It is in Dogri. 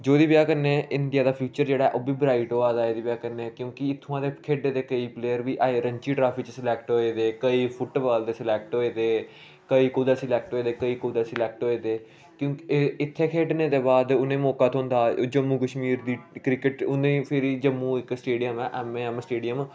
जोह्दी बजह् कन्नै इंडिया दा फ्यूचर जेह्ड़ा ऐ ओह् बी ब्राइट होआ दा ऐ एह्दी बजह् कन्नै क्यूंकि इत्थूआं दे खेढे दे केईं प्लेयर बी अज्ज रांजी ट्राफी च सलैक्ट होए दे केईं फुटबाल दे सलैक्ट होए दे केईं कुतै सलैक्ट होए दे केईं कुतै सलैक्ट होए दे क्यूंक इत्थै खेढने दे बाद उ'नें गी मौका थ्होंदा जम्मू कश्मीर दी क्रिकेट टीम उ'नें गी फिरी जम्मू इक स्टेडियम ऐ ऐम्म ए ऐम्म स्टेडियम